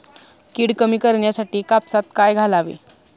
कीड कमी करण्यासाठी कापसात काय घालावे?